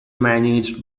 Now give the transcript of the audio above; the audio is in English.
managed